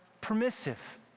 permissive